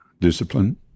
discipline